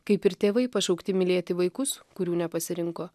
kaip ir tėvai pašaukti mylėti vaikus kurių nepasirinko